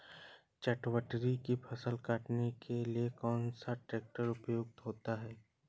चटवटरी की फसल को काटने के लिए कौन सा ट्रैक्टर उपयुक्त होता है?